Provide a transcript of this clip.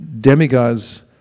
demigods